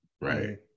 right